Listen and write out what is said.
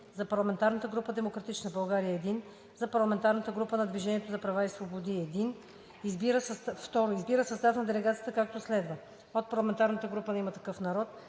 за парламентарната група на „Демократична България“ – един. - за парламентарната група на „Движение за права и свободи“ – един. 2. Избира състав на делегацията, както следва: ... от парламентарната група на „Има такъв народ“;